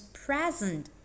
present